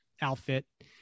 outfit